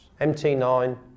MT9